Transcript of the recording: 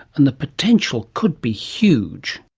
and the potential could be huge.